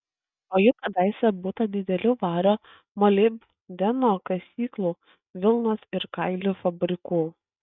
o juk kadaise būta didelių vario molibdeno kasyklų vilnos ir kailių fabrikų